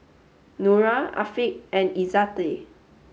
Nura Afiq and Izzati